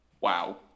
Wow